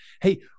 hey